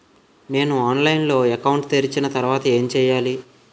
నేను ఆన్లైన్ లో అకౌంట్ తెరిచిన తర్వాత ఏం చేయాలి?